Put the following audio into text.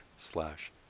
slash